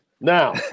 now